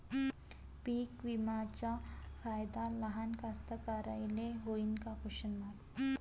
पीक विम्याचा फायदा लहान कास्तकाराइले होईन का?